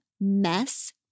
Mess